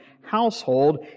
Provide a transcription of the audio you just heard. household